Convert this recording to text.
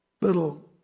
little